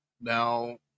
Now